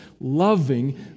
loving